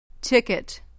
ticket